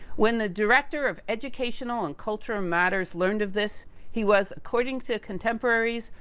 when the director of educational and cultural matters learned of this, he was according to contemporaries,